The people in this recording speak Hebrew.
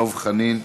דב חנין,